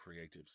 creatives